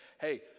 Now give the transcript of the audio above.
hey